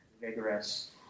vigorous